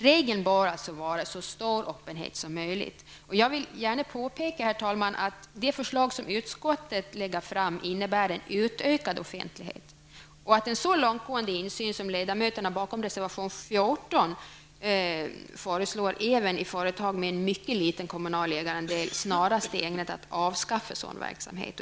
Regeln bör alltså vara att det skall råda så stor öppenhet som möjligt. Jag vill gärna påpeka att det förslag som utskottet lägger fram innebär en utökad offentlighet. En så långtgående insyn som ledamöterna bakom reservation 14 föreslår även i företag med mycket liten kommunal ägarandel är snarast ägnad att avskaffa sådan verksamhet.